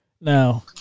Now